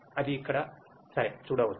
అది ఇక్కడ సరే చూడవచ్చు